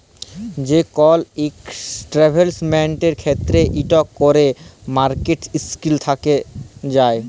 যে কল ইলভেসেটমেল্টের ক্ষেত্রে ইকট ক্যরে মার্কেট রিস্ক থ্যাকে যায়